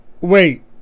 Wait